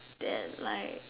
than like